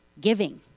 giving